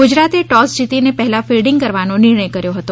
ગુજરાતે ટોસ જીતીને પહેલા ફિલ્ડીંગ કરવાનો નિર્ણય કર્યો હતો